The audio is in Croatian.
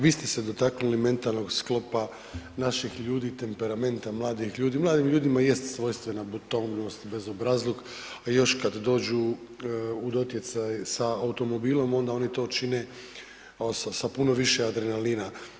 Vi ste se dotaknuli mentalnog sklopa naših ljudi, temperamenta mladih ljudi, mladim ljudima i jest svojstvena buntovnost, bezobrazluk, a još kad dođu u doticaj sa automobilom ona oni to čine sa puno više adrenalina.